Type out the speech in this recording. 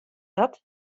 dat